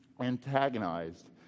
antagonized